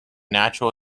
natural